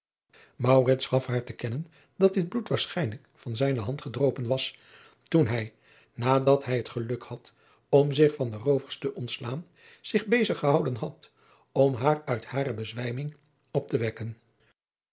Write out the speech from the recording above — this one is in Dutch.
gaf haar te kennen dat dit bloed waarschijnlijk van zijne hand gedropen was toen hij nadat hij het geluk had om zich van de roovers te ontslaan zich bezig gehouden had om haar uit hare bezwijming op te wekken